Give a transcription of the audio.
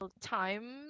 time